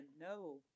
No